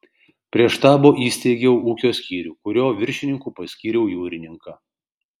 prie štabo įsteigiau ūkio skyrių kurio viršininku paskyriau jūrininką